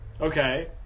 Okay